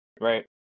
right